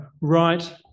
right